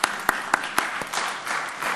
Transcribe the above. (מחיאות כפיים)